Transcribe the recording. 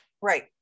right